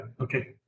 okay